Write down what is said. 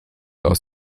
aus